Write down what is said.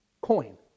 coin